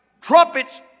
trumpets